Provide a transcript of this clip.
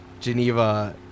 Geneva